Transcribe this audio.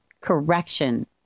correction